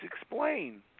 explain